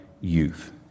youth